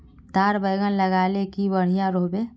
लार बैगन लगाले की बढ़िया रोहबे?